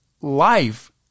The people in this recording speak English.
life